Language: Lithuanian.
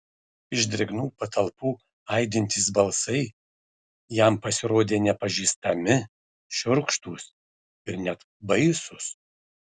iš drėgnų patalpų aidintys balsai jam pasirodė nepažįstami šiurkštūs ir net baisūs